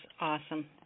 awesome